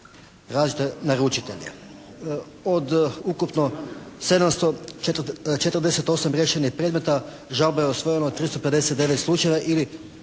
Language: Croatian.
različite naručitelje. Od ukupno 748 riješenih predmeta žalba je usvojena 359 slučajeva ili